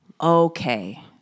okay